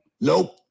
Nope